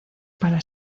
para